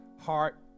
heart